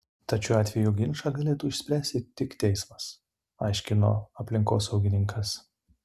tad šiuo atveju ginčą galėtų išspręsti tik teismas aiškino aplinkosaugininkas